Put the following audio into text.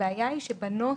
הבעיה היא שבנוסח,